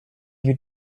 you